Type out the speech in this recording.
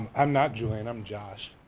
i'm not julian i'm josh.